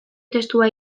testua